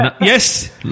Yes